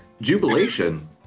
Jubilation